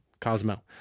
Cosmo